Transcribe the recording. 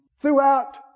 Throughout